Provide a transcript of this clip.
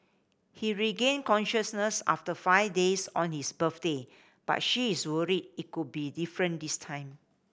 he regained consciousness after five days on his birthday but she is worried it could be different this time